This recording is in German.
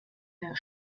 der